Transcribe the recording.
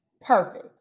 Perfect